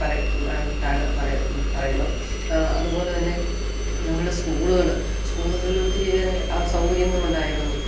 പറയുന്നു അതുപോലെ തന്നെ ഞങ്ങളുടെ സ്കൂളുകള് സ്കൂളുകളിൽ ഒത്തിരിയേറെ അസൗകര്യങ്ങളുണ്ടായിരുന്നു